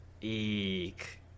eek